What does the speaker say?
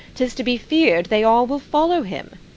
tis to be fear'd they all will follow him.